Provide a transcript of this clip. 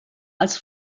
als